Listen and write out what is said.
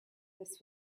this